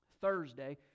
Thursday